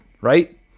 right